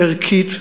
ערכית,